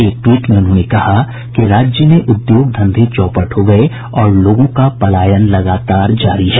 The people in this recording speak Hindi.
एक ट्वीट ने उन्होंने कहा कि राज्य में उद्योग धंधे चौपट हो गये और लोगों का पलायन लगातार जारी है